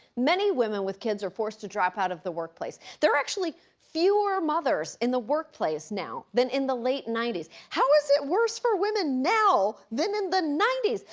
many women with kids are forced to drop out of the workplace. there are actually fewer mothers in the workplace now than in the late ninety s. how is it worse for women now than in the ninety s?